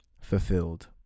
fulfilled